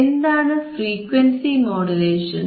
എന്താണ് frequency modulations